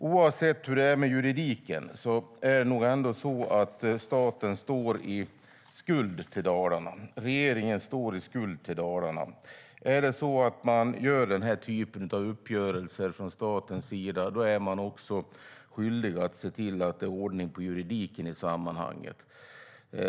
Oavsett hur det är med juridiken står nog staten och regeringen i skuld till Dalarna. Gör staten denna typ av uppgörelser är staten också skyldig att se till att det är ordning på juridiken i sammanhanget.